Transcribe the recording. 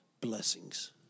Blessings